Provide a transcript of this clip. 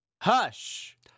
Hush